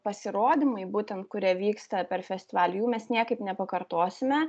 pasirodymai būtent kurie vyksta per festivalį jų mes niekaip nepakartosime